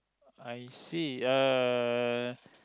I see uh